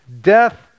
Death